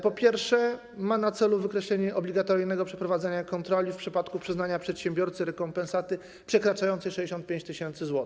Po pierwsze, mają na celu wykreślenie obligatoryjnego przeprowadzania kontroli w przypadku przyznania przedsiębiorcy rekompensaty przekraczającej 65 tys. zł.